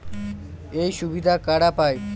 এই সুবিধা কারা পায়?